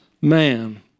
man